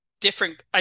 different